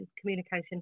communication